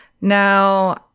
Now